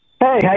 Hey